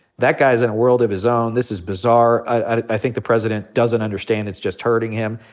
that guy's in a world of his own. this is bizarre. i think the president doesn't understand it's just hurting him.